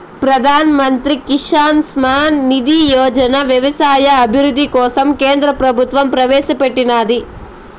ప్రధాన్ మంత్రి కిసాన్ సమ్మాన్ నిధి యోజనని వ్యవసాయ అభివృద్ధి కోసం కేంద్ర ప్రభుత్వం ప్రవేశాపెట్టినాది